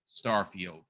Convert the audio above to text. Starfield